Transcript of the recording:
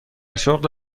شغل